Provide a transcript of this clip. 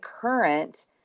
current